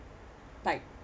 like